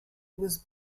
was